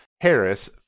Harris